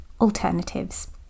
alternatives